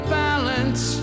balance